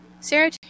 Sarah